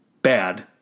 bad